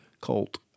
Colt